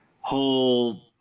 whole